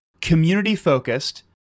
community-focused